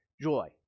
joy